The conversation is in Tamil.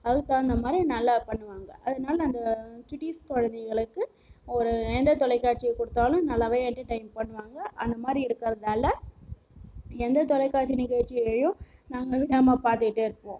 அதுக்கு தகுந்தமாதிரி நல்லா பண்ணுவாங்க அதனாலே அந்த சுட்டீஸ் குழந்தைங்களுக்கு ஒரு எந்த தொலைக்காட்சியை கொடுத்தாலும் நல்லாவே என்டர்டெய்ன் பண்ணுவாங்க அந்தமாதிரி இருக்கிறதால எந்த தொலைக்காட்சி நிகழ்ச்சியையும் நாங்களும் நம்ம பார்த்திட்டே இருப்போம்